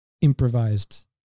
improvised